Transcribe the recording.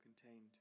contained